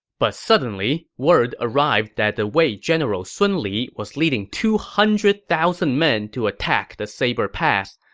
but suddenly, word arrived that the wei general sun li was leading two hundred thousand men to attack the saber pass,